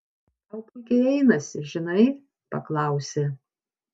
tau puikiai einasi žinai paklausė